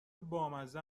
بامزه